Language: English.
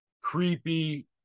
creepy